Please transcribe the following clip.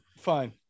Fine